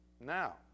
Now